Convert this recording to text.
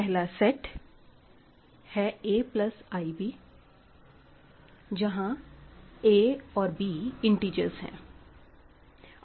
पहला सेट है a plus ib आए जहां a और b इंटिजर्स हैं